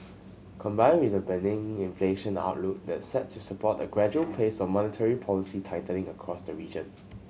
combined with a benign inflation outlook that's set to support a gradual pace of monetary policy tightening across the region